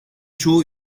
çoğu